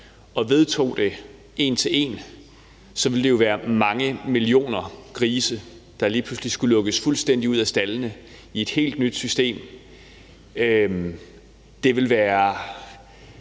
vedtog det en til en, ville det jo være mange millioner grise, der lige pludselig skulle lukkes fuldstændig ud af staldene i et helt nyt system. Det vil være,